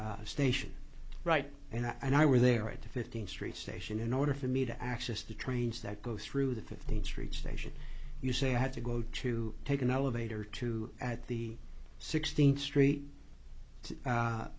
station right and i were there at the fifteenth street station in order for me to access the trains that go through the fifteenth street station you say i had to go to take an elevator to the sixteenth street